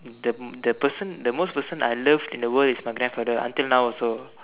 the the person the most person I love the most in the world is my grandfather until now also